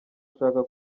ashaka